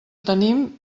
tenim